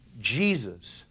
Jesus